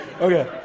Okay